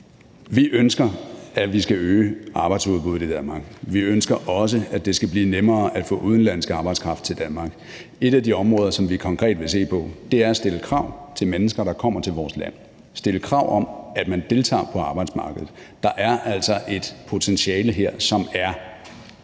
Vi ønsker at øge arbejdsudbuddet i Danmark. Vi ønsker også, at det skal blive nemmere at få udenlandsk arbejdskraft til Danmark. Et af de områder, som vi konkret vil se på, er at stille krav til mennesker, der kommer til vores land, at stille krav om, at man deltager på arbejdsmarkedet. Der er altså et potentiale her, som er